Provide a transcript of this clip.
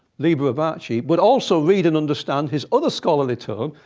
liber abaci, but also read and understand his other scholarly tome,